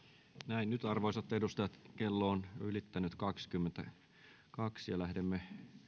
nyt arvoisat edustajat kello on ylittänyt kaksikymmentäkaksi ja lähdemme